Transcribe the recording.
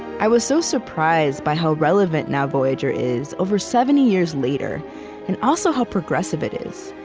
i was so surprised by how relevant now, voyager is over seventy years later and also how progressive it is.